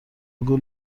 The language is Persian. گول